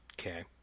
okay